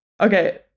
Okay